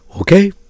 Okay